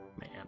Man